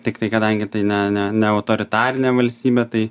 tiktai kadangi tai ne ne ne autoritarinė valstybė tai